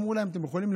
אמרו להם: אתם יכולים,